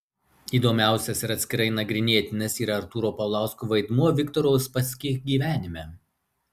įdomiausias ir atskirai nagrinėtinas yra artūro paulausko vaidmuo viktoro uspaskich gyvenime